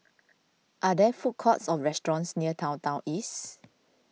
are there food courts or restaurants near Downtown East